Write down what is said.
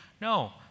No